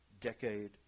decade